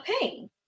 pain